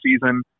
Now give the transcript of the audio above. season